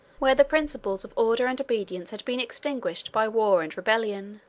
where the principles of order and obedience had been extinguished by war and rebellion.